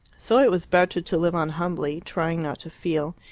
so it was better to live on humbly, trying not to feel,